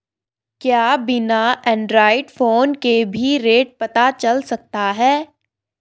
क्या बिना Android phone के भी रेट पता चल सकता है?